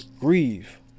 Grieve